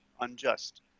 unjust